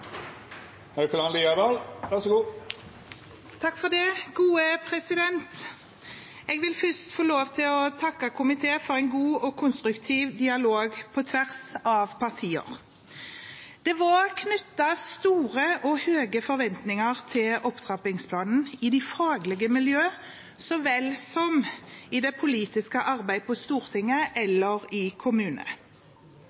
vil først få lov til å takke komiteen for en god og konstruktiv dialog på tvers av partier. Det var knyttet store og høye forventninger til opptrappingsplanen i faglige miljøer så vel som blant dem som driver det politiske arbeidet på Stortinget